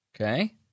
Okay